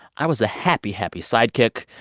i was the happy, happy sidekick.